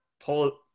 pull